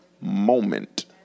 moment